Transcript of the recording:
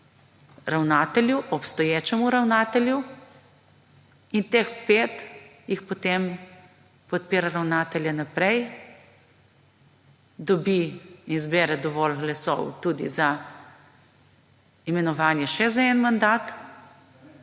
ravnatelju, obstoječemu ravnatelju in teh pet jih potem podpira ravnatelja naprej, dobi in zbere dovolj glasov tudi za imenovanje še za en mandat.